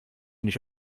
nicht